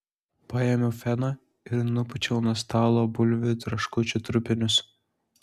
paėmiau feną ir nupūčiau nuo stalo bulvių traškučių trupinius